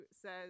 says